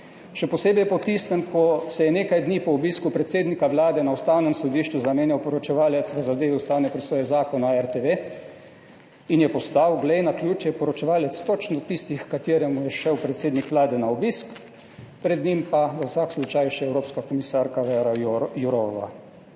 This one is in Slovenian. Še posebej po tistem, ko se je nekaj dni po obisku predsednika Vlade na Ustavnem sodišču zamenjal poročevalec v zadevi ustavne presoje Zakona o RTV in je postal, glej naključje, poročevalec točno tisti, h kateremu je šel predsednik Vlade na obisk, pred njim pa za vsak slučaj še evropska komisarka Vera Jourova.